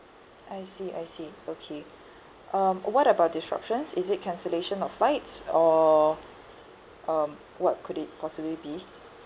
I see I see okay um what about disruptions is it cancellation of flights or um what could it possibly be